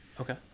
Okay